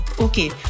Okay